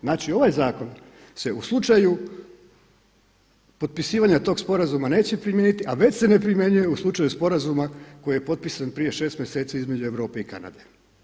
Znači ovaj zakon se u slučaju potpisivanja tog sporazuma neće primijeniti a već se ne primjenjuje u slučaju sporazuma koji je potpisan prije 6 mjeseci između Europe i Kanade.